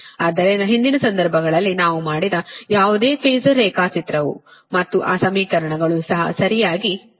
ಆದ್ದರಿಂದ ಹಿಂದಿನ ಸಂದರ್ಭಗಳಲ್ಲಿ ನಾವು ಮಾಡಿದ ಯಾವುದೇ ಫಾಸರ್ ರೇಖಾಚಿತ್ರವು ಮತ್ತು ಆ ಸಮೀಕರಣಗಳು ಸಹ ಸರಿಯಾಗಿ ಬರುತ್ತವೆ